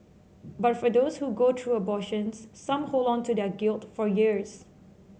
but for those who go through abortions some hold on to their guilt for years